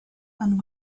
and